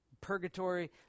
Purgatory